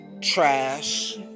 trash